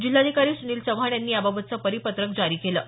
जिल्हाधिकारी सुनील चव्हाण यांनी याबाबतचं परिपत्रक जारी केलं आहे